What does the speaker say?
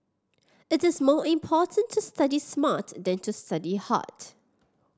it is more important to study smart than to study hard